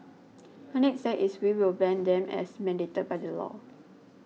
the next step is we will ban them as mandated by the law